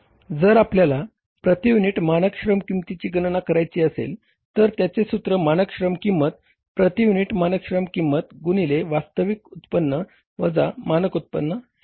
जर आपल्याला प्रती युनिट मानक श्रम किंमतीची गणना करायची असेल तर त्याचे सूत्र मानक श्रम किंमत प्रती युनिट मानक श्रम किंमत गुणिले वास्तविक उत्पन्न वजा मानक उत्पन्न हे आहे